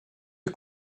est